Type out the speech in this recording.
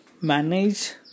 manage